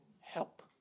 Help